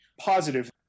positive